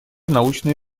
научные